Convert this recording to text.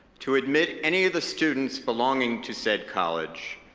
to admit any of the students belonging to said college,